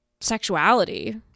sexuality